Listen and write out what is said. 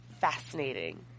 fascinating